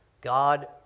God